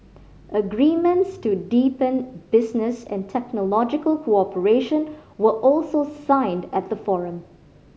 agreements to deepen business and technological cooperation were also signed at the forum